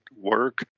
work